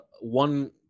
one